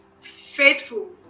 faithful